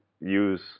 use